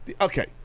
Okay